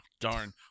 darn